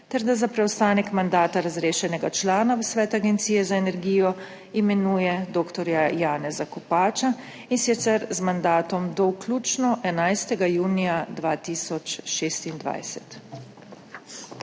ter da za preostanek mandata razrešenega člana v svet Agencije za energijo imenuje dr. Janeza Kopača, in sicer z mandatom do vključno 11. junija 2026.